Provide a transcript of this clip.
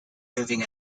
moving